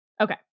Okay